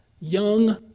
young